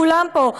כולם פה,